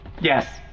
Yes